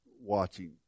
watching